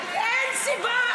אין סיבה.